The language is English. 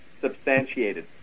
substantiated